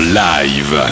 live